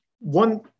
One